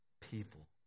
People